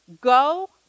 Go